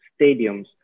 stadiums